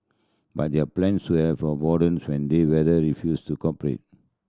but their plans to have when the weather refused to cooperate